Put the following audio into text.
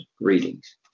readings